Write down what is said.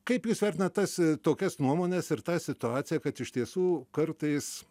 kaip jūs vertinat tas tokias nuomones ir tą situaciją kad iš tiesų kartais